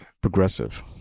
progressive